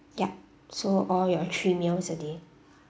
ya so all your three meals a day